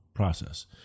process